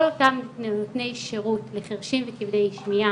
כל אותם נותני שירות לחרשים וכבדי שמיעה,